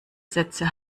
sätze